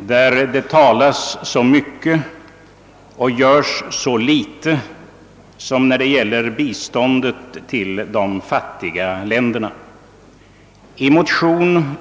där det talas så mycket och görs så litet som när det gäller biståndet till de fattiga länderna. motionen.